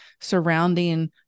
surrounding